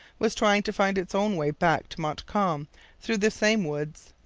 was trying to find its own way back to montcalm through the same woods.